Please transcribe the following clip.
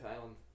island